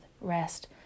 rest